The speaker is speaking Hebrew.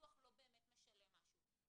הביטוח לא באמת משלם משהו.